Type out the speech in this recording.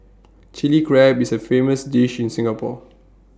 Chilli Crab is A famous dish in Singapore